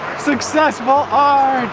successful ah